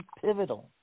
pivotal